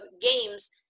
games